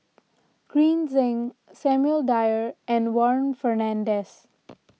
Green Zeng Samuel Dyer and Warren Fernandez